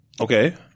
Okay